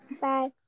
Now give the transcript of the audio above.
bye